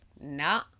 nah